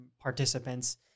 participants